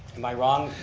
am i wrong,